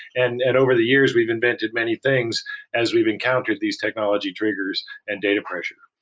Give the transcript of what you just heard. and and over the years we've invented many things as we've encountered these technology triggers and data pressure.